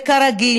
כרגיל,